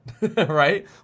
right